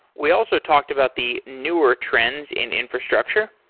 we also talked about the newer trends in infrastructure.